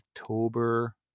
October